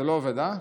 זה לא עובד, אה?